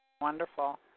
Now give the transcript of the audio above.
Wonderful